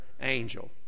angel